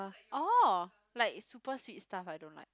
oh like super sweet stuff I don't like